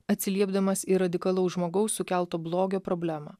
atsiliepdamas į radikalaus žmogaus sukelto blogio problemą